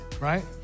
Right